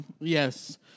Yes